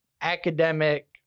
academic